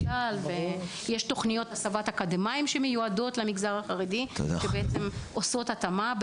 יש תוכניות הסבת אקדמאים שמיועדות למגזר החרדי ועושות התאמה.